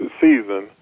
season